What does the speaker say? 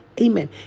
Amen